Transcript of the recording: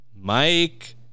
Mike